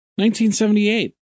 1978